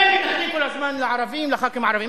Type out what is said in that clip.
אתם מתנכלים כל הזמן לערבים, לחברי הכנסת הערבים.